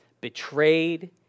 betrayed